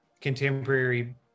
contemporary